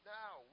now